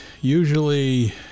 usually